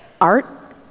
Art